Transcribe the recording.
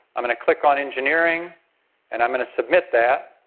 i'm gonna click on engineering and i'm gonna submit that.